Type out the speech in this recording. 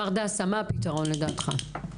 מר דסה, מה הפתרון לדעתך?